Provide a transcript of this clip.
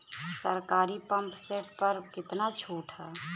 सरकारी pump set प कितना छूट हैं?